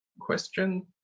question